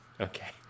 okay